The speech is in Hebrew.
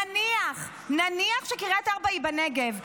נניח, נניח שקריית ארבע היא בנגב.